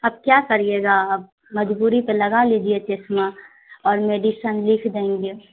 اب کیا کریے گا اب مجبوری پہ لگا لیجیے چشمہ اور میڈیسن لکھ دیں گے